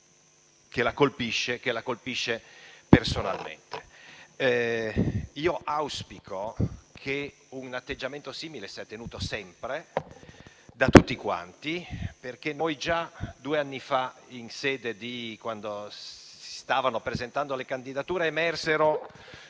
la colpisce personalmente. Auspico che un atteggiamento simile sia tenuto sempre da tutti, perché già due anni fa, quando si stavano presentando le candidature, emersero